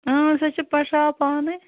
اۭں سُے چھُ پٹھراوان پانے